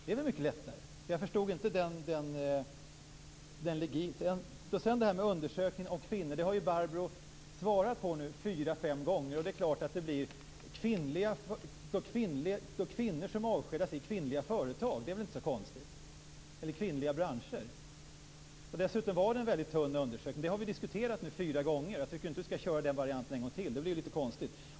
Så jag förstod inte den logiken. Barbro Johansson har svarat fyra fem gånger nu på det som sagts om undersökningen om kvinnor. Det är klart att det blir kvinnor som avskedas i kvinnliga branscher. Det är väl inte så konstigt. Dessutom var undersökningen mycket tunn. Det har vi diskuterat fyra gånger nu. Jag tycker inte att Christina Axelsson skall köra den varianten en gång till, för det blir litet konstigt.